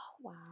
Wow